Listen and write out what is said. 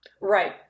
Right